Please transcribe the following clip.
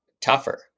tougher